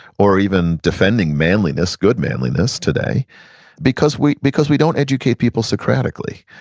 or even defending manliness, good manliness, today because we because we don't educated people socratically.